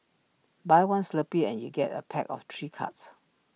buy one Slurpee and you get A pack of three cards